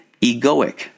egoic